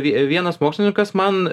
vienas mokslininkas man